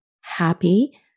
happy